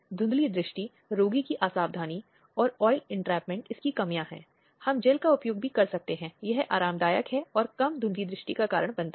ऐसे सभी लोग जो इसके लिए ज़िम्मेदार हैं उस अधिनियम के लिए और यह ताक झांक की परिभाषा के भीतर होगा